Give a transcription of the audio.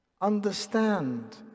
Understand